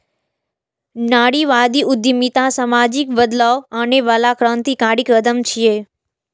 नारीवादी उद्यमिता सामाजिक बदलाव आनै बला क्रांतिकारी कदम छियै